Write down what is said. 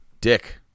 dick